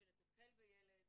שנטפל בילד